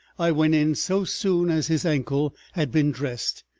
i went in so soon as his ankle had been dressed,